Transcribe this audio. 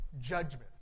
judgment